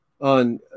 on